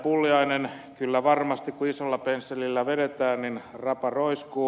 pulliainen kyllä varmasti kun isolla pensselillä vedetään rapa roiskuu